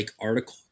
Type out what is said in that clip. article